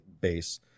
base